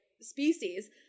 species